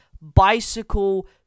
bicycle